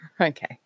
Okay